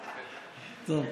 אותו.